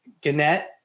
Gannett